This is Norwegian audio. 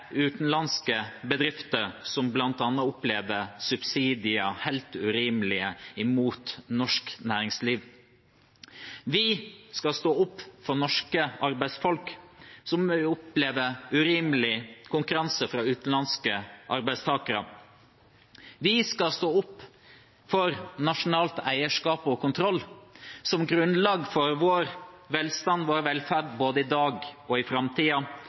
utenlandske bedrifter, som bl.a. opplever helt urimelige subsidier mot norsk næringsliv. Vi skal stå opp for norske arbeidsfolk som opplever urimelig konkurranse fra utenlandske arbeidstakere. Vi skal stå opp for nasjonalt eierskap og kontroll som grunnlag for vår velstand og vår velferd både i dag og i